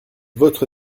votre